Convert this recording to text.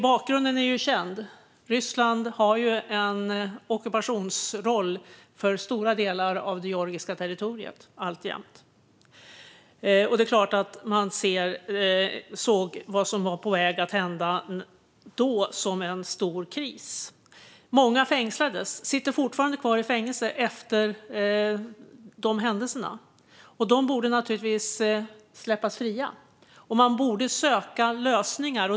Bakgrunden är känd, nämligen att Ryssland alltjämt ockuperar stora delar av det georgiska territoriet. Det är klart att man såg det som då var på väg att hända som en stor kris. Många fängslades, och många sitter fortfarande kvar i fängelse. De borde naturligtvis släppas fria. Man borde söka lösningar.